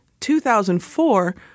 2004